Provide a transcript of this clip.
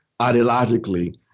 ideologically